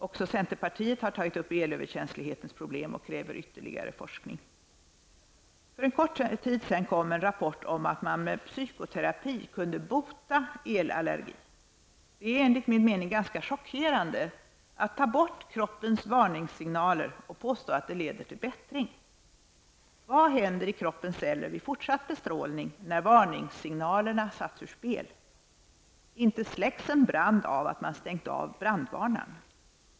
Också centerpartiet har tagit upp elöverkänslighetens problem och kräver ytterligare forskning. För en kort tid sedan kom en rapport om att man med psykoterapi kunde ''bota'' elallergi. Det är enligt min mening ganska chockerande att ta bort kroppens varningssignaler och påstå att det leder till bättring. Vad händer i kroppens celler vid fortsatt bestrålning när varningssignalerna satts ur spel? Inte släcks en branda av att man stängt av brandvarnaren.